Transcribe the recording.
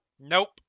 Nope